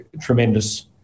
tremendous